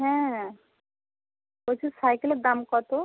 হ্যাঁ বলছি সাইকেলের দাম কত